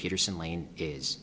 peterson lane is